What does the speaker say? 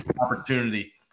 opportunity